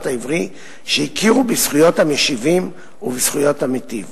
העברי שהכירו בזכויות המשיבים ובזכויות המיטיב".